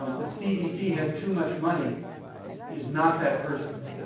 um the cdc has too much money is not that person.